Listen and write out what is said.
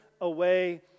away